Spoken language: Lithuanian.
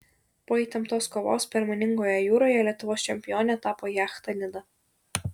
po įtemptos kovos permainingoje jūroje lietuvos čempione tapo jachta nida